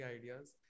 ideas